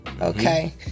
Okay